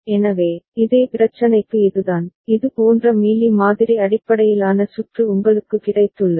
எனவே இதே பிரச்சனைக்கு இதுதான் இது போன்ற மீலி மாதிரி அடிப்படையிலான சுற்று உங்களுக்கு கிடைத்துள்ளது